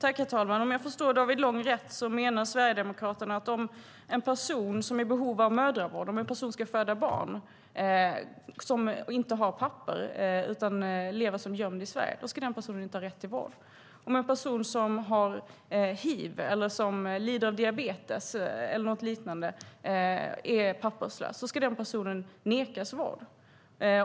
Herr talman! Om jag förstår David Lång rätt menar Sverigedemokraterna att om en person som är i behov av mödravård, en person som ska föda barn och inte har papper utan lever som gömd i Sverige, ska den personen inte ha rätt till vård. Om en person som har hiv eller som lider av diabetes eller något liknande är papperslös ska den personen nekas vård.